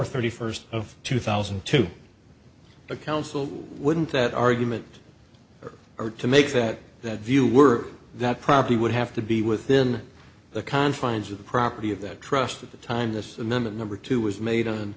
ar thirty first of two thousand and two the council wouldn't that argument or to make that that view were that property would have to be within the confines of the property of that trust at the time this minute number two was made